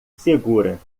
segura